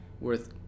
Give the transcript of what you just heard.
worth